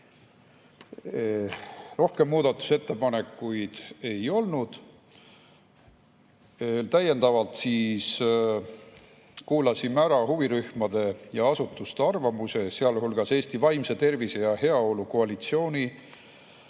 Rohkem muudatusettepanekuid ei olnud. Täiendavalt kuulasime ära huvirühmade ja asutuste arvamused, sealhulgas Eesti Vaimse Tervise ja Heaolu Koalitsiooni